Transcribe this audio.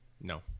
No